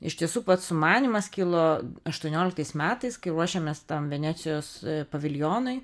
iš tiesų pats sumanymas kilo aštuonioliktais metais kai ruošėmės tam venecijos paviljonui